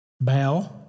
bow